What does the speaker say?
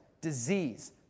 disease